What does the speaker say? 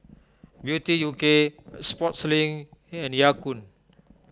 Beauty U K Sportslink and Ya Kun